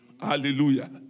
Hallelujah